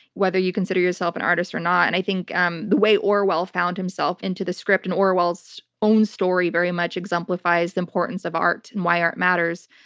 whether you consider yourself an artist or not. and i think um the way orwell found himself into the script-and orwell's own story very much exemplifies the importance of art and why art matters.